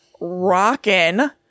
rockin